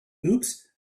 oops